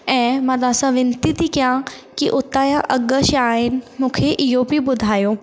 ऐं मां तव्हां सां विनती थी कयां कि हुतां जा अघु छा आहिनि मूंखे इहो बि ॿुधायो